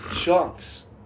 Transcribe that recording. chunks